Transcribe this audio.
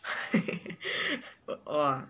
!wah!